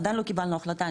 עדיין לא קיבלנו החלטה,